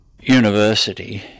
university